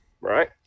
Right